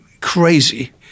crazy